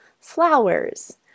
flowers